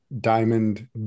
diamond